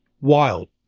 wild